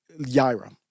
Yaira